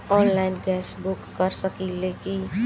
Online gas book कर सकिले की?